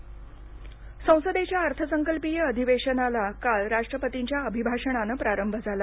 आर्थिक सर्वेक्षण संसदेच्या अर्थ संकल्पीय अधिवेशनाला काल राष्ट्रपतींच्या अभिभाषणानं प्रारंभ झाला